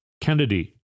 Kennedy